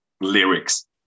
lyrics